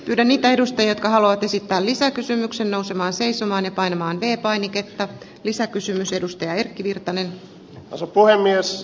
tiedä mitä edustaja halua esittää lisäkysymyksiä nousemaan seisomaan ja pahenemaan kerpainiketta lisäkysymysedustaja erkki virtanen arvoisa puhemies